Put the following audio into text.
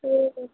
சரி